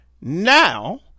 Now